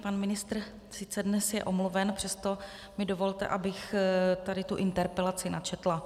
Pan ministr sice dnes je omluven, přesto mi dovolte, abych tady tu interpelaci načetla.